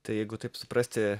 tai jeigu taip suprasti